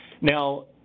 Now